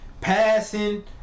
passing